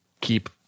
keep